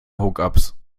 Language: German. hookups